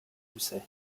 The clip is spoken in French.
gousset